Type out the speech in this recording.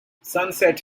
sunset